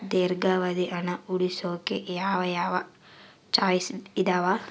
ದೇರ್ಘಾವಧಿ ಹಣ ಉಳಿಸೋಕೆ ಯಾವ ಯಾವ ಚಾಯ್ಸ್ ಇದಾವ?